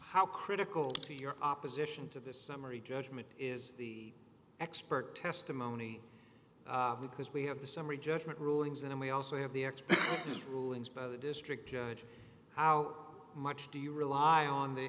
how critical to your opposition to this summary judgment is the expert testimony because we have the summary judgment rulings and we also have the act rulings by the district judge how much do you rely on the